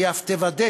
והיא אף תוודא